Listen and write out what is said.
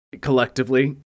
collectively